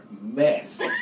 mess